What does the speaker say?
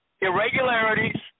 irregularities